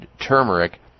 turmeric